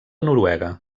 noruega